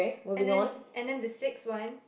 and then and then the sixth one